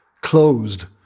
closed